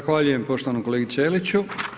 Zahvaljujem poštovanom kolegi Ćeliću.